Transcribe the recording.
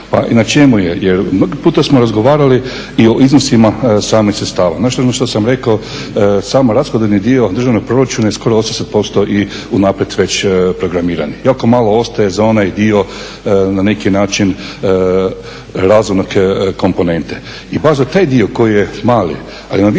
pa i na čemu je jer mnogo puta smo razgovarali i o iznosima samih sredstava. Nešto što sam rekao samo rashodovni dio državnog proračuna je skoro … i unaprijed već programiran. Jako malo ostaje za onaj dio na neki način razvojne komponente. I pazite, taj dio koji je mali ali on ovisi